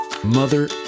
mother